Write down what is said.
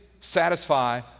satisfy